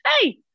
hey